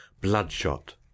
bloodshot